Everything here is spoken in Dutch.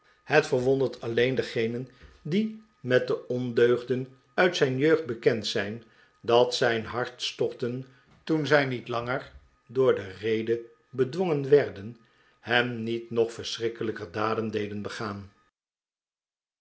het verwondert alleen degenen die met de ondeugden uit zijn jeugd bekend zijn dat zijn hartstochten toen zij niet langer door de rede bedwongen werden hem niet nog verschrikkelijker daden deden begaan